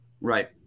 Right